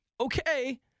okay